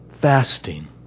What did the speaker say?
fasting